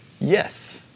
yes